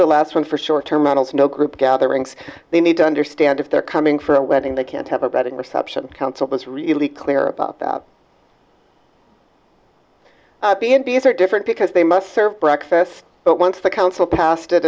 the last one for short term models no group gatherings they need to understand if they're coming for a wedding they can't have a betting reception council that's really clear about that the m p s are different because they must serve breakfast but once the council passed it